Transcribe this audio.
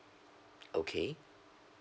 okay